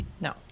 no